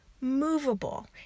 movable